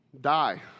die